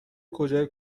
کجای